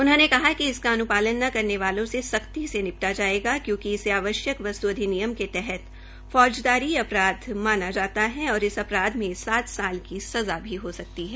उन्होंने कहा कि इसका अन्पालन न करने वालों से सख्ती से निपटा जायेगा क्योंकि इसे आवश्यक वसत् अधिनियम के तहत फौजदारी अपराध माना जाता है और इस अपराध में सात साल की सज़ा भी हो सकती है